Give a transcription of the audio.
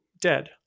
dead